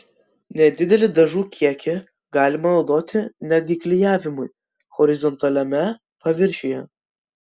nedidelį dažų kiekį galima naudoti netgi klijavimui horizontaliame paviršiuje